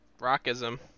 rockism